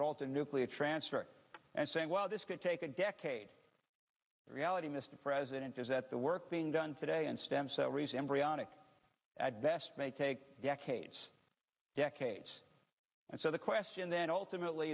in nuclear transfer and saying well this could take a decade reality mr president is that the work being done today and stem cell research embryonic at best may take decades decades and so the question then ultimately